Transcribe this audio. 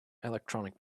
electronic